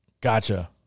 Gotcha